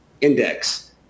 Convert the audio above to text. index